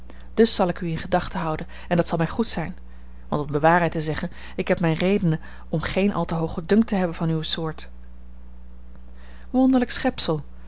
dus zal ik u in gedachten houden en dat zal mij goed zijn want om de waarheid te zeggen ik heb mijne redenen om geen al te hoogen dunk te hebben van uwe soort wonderlijk schepsel